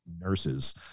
nurses